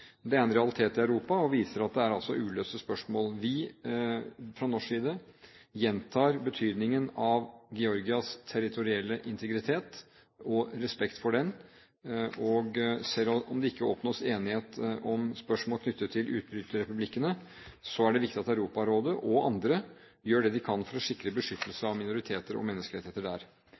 Det er en realitet i Europa og viser at det er uløste spørsmål. Vi, fra norsk side, gjentar betydningen av Georgias territorielle integritet og respekt for den, og selv om det ikke oppnås enighet om spørsmål knyttet til utbryterrepublikkene, så er det viktig at Europarådet og andre gjør det de kan for å sikre beskyttelse av minoriteter og menneskerettigheter der.